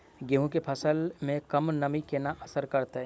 गेंहूँ केँ फसल मे कम नमी केना असर करतै?